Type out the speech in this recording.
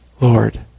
Lord